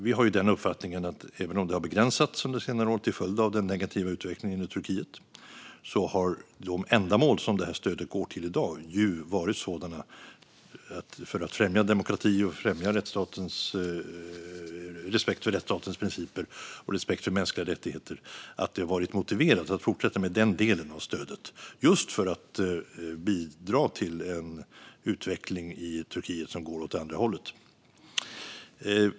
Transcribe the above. Vi har den uppfattningen att även om stödet har begränsats under senare år till följd av den negativa utvecklingen i Turkiet har de ändamål som stödet går till i dag - att främja demokrati och respekten för rättsstatens principer och mänskliga rättigheter - varit sådana att det har varit motiverat att fortsätta med den delen av stödet, just för att bidra till en utveckling i Turkiet som går åt rätt håll.